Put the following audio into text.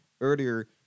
earlier